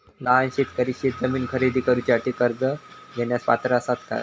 लहान शेतकरी शेतजमीन खरेदी करुच्यासाठी कर्ज घेण्यास पात्र असात काय?